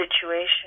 situation